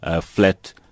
Flat